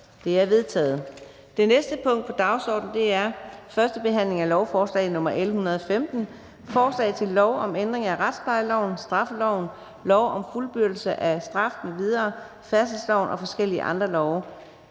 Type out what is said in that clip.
Det er vedtaget. --- Det næste punkt på dagsordenen er: 8) 1. behandling af lovforslag nr. L 115: Forslag til lov om ændring af retsplejeloven, straffeloven, lov om fuldbyrdelse af straf m.v., færdselsloven og forskellige andre love.